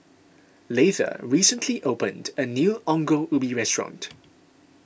Leitha recently opened a new Ongol Ubi restaurant